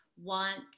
want